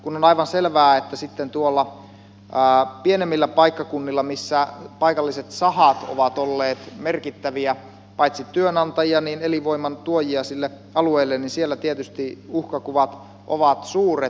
kun on aivan selvää että sitten tuolla pienemmillä paikkakunnilla missä paikalliset sahat ovat olleet paitsi merkittäviä työnantajia myös elinvoiman tuojia sille alueelle tietysti uhkakuvat ovat suuret